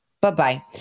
Bye-bye